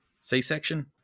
C-section